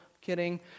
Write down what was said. Kidding